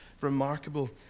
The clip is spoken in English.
remarkable